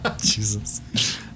Jesus